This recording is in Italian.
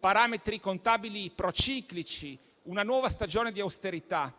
parametri contabili prociclici, una nuova stagione di austerità.